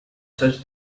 such